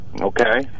Okay